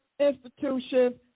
institutions